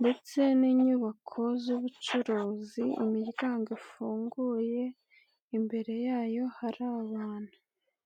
ndetse n'inyubako z'ubucuruzi, imiryango ifunguye, imbere yayo hara abantu.